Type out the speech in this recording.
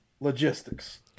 logistics